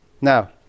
Now